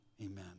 amen